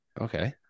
Okay